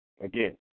Again